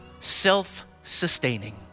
Self-sustaining